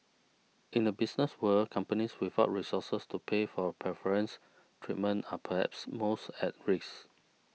in the business world companies without resources to pay for preference treatment are perhaps most at risk